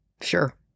Sure